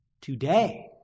Today